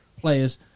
players